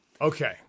Okay